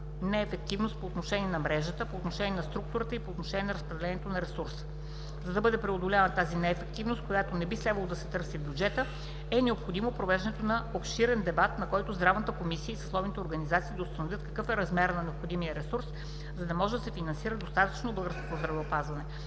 неефективност по отношение на мрежата, по отношение на структурата и по отношение на разпределението на ресурсите. За да бъде преодоляна тази неефективност, която не би следвало да се търси в бюджета, е необходимо провеждането на обширен дебат, на който Здравната комисия и съсловните организации да установят какъв е размерът на необходимия ресурс, за да може да се финансира достатъчно българското здравеопазване.